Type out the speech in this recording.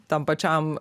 tam pačiam